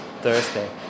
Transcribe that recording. Thursday